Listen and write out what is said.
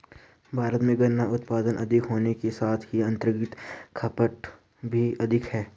भारत में गन्ना उत्पादन अधिक होने के साथ ही आतंरिक खपत भी अधिक है